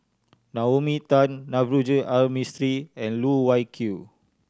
Naomi Tan Navroji R Mistri and Loh Wai Kiew